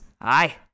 Aye